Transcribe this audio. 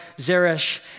Zeresh